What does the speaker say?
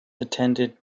attended